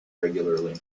regularly